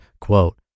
quote